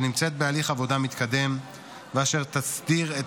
שנמצאת בהליך עבודה מתקדם ותסדיר את